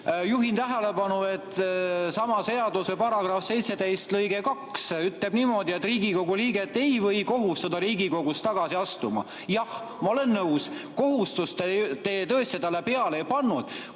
Juhin tähelepanu, et sama seaduse § 17 lõige 2 ütleb niimoodi: "Riigikogu liiget ei või kohustada Riigikogust tagasi astuma." Jah, ma olen nõus, kohustust te tõesti talle peale ei pannud,